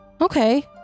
Okay